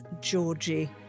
georgie